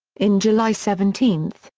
in july seventeen,